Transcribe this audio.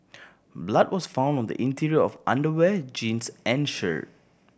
blood was found on the interior of underwear jeans and shirt